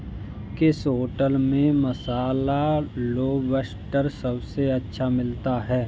किस होटल में मसाला लोबस्टर सबसे अच्छा मिलता है?